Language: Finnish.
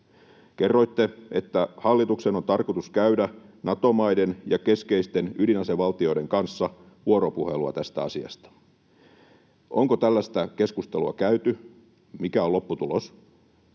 Kerroitte, että hallituksen on tarkoitus käydä Nato-maiden ja keskeisten ydinasevaltioiden kanssa vuoropuhelua tästä asiasta. Onko tällaista keskustelua käyty? Mikä on lopputulos?